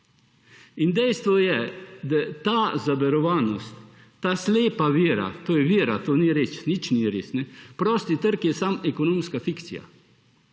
Dejstvo je, da je to zaverovanost, slepa vera – to je vera, to ni res, nič ni res, prosti trg je samo ekonomska fikcija,